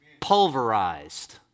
pulverized